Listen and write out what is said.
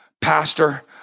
Pastor